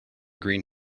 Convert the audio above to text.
green